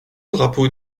drapeau